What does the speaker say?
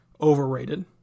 overrated